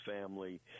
family